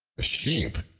the sheep,